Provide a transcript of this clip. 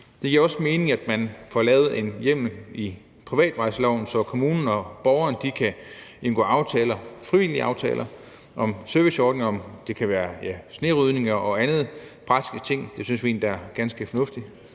Det giver også mening, at man får lavet en hjemmel i privatvejsloven, så kommunen og borgerne kan indgå frivillige aftaler om serviceordninger. Det kan være om snerydning og andre praktiske ting. Det synes vi endda er ganske fornuftigt.